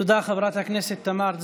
תודה, חברת הכנסת תמר זנדברג.